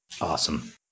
Awesome